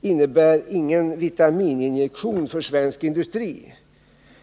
innebär ingen vitamininjektion för svensk industri.